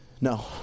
No